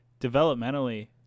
developmentally